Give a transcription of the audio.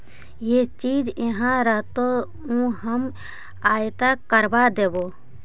जे चीज इहाँ रहतो ऊ हम आयात करबा देबो